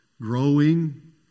growing